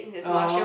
(uh huh)